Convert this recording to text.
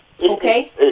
Okay